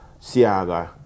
Siaga